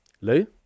Lou